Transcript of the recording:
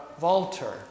Walter